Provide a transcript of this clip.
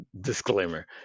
disclaimer